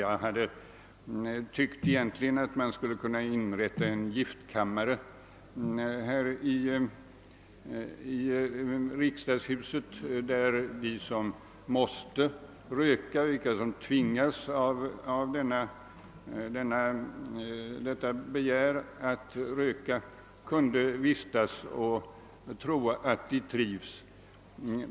Jag tyckte egentligen att man skulle kunna inrätta en »giftkammare» här i riksdagshuset där de som måste röka, de som tvingas att ge efter för detta begär, kunde vistas och tro att de trivs.